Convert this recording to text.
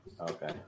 Okay